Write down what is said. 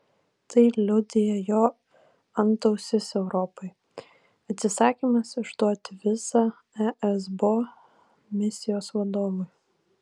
tai liudija jo antausis europai atsisakymas išduoti vizą esbo misijos vadovui